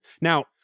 Now